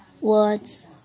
words